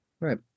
right